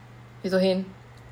you told him